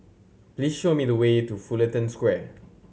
please show me the way to Fullerton Square